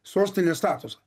sostinės statusą